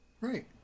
Right